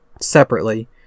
separately